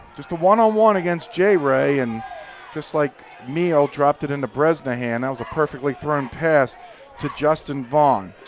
just a one on one against j-raye and just like meehl dropped it into bresnahan that was a perfectly thrown pass to justin vaughn.